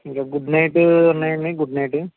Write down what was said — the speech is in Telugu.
ఇంక గుడ్ నైట్ ఉన్నాయా అండి గుడ్ నైటు